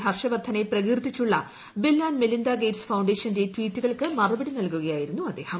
ഹർഷ്വർദ്ധനെ പ്രകീർത്തിച്ചുള്ള Bill Gates ഫൌണ്ടേഷന്റെ ട്വീറ്റുകൾക്ക് മറുപടി നൽകുകയായിരുന്നു അദ്ദേഹം